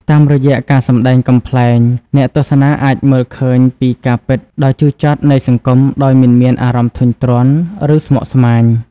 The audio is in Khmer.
តាមរយៈការសម្ដែងកំប្លែង អ្នកទស្សនាអាចមើលឃើញពីការពិតដ៏ជូរចត់នៃសង្គមដោយមិនមាន អារម្មណ៍ធុញទ្រាន់ ឬស្មុគស្មាញ។